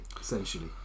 essentially